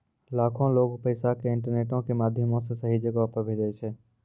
लाखो लोगें पैसा के इंटरनेटो के माध्यमो से सही जगहो पे भेजै छै